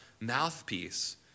mouthpiece